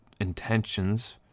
intentions